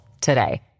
today